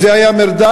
אם זה היה מרדף,